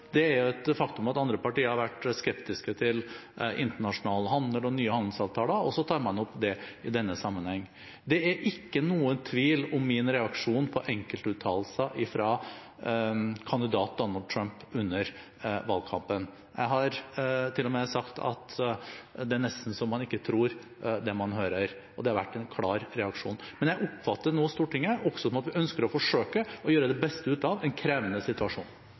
Det er et faktum at andre partier har vært skeptiske til internasjonal handel og nye handelsavtaler, og så tar man opp det i denne sammenheng. Det er ikke noen tvil om min reaksjon på enkeltuttalelser fra kandidat Donald Trump under valgkampen. Jeg har til og med sagt at det er nesten så man ikke tror det man hører. Det har vært en klar reaksjon. Men jeg oppfatter nå Stortinget dit hen at man også ønsker å forsøke å gjøre det beste ut av en krevende situasjon.